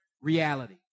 reality